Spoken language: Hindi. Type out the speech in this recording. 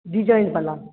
डिजाइन वाला